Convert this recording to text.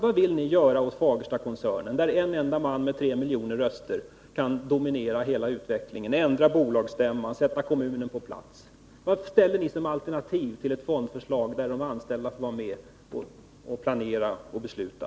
Vad vill ni göra åt Fagerstakoncernen, där en enda man med tre miljoner röster kan dominera hela utvecklingen, ändra bolagsstämman och sätta kommunen på plats? Vad har ni för alternativ till ett fondförslag, där de anställda får vara med och planera och besluta?